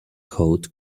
coat